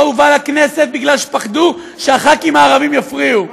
לא הובא לכנסת משום שפחדו שהח"כים הערבים יפריעו.